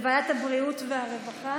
לוועדת הבריאות והרווחה.